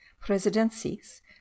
presidencies